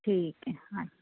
ਠੀਕ ਹੈ ਹੰਜੀ